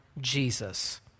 Jesus